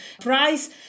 price